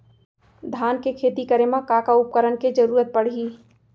धान के खेती करे मा का का उपकरण के जरूरत पड़हि?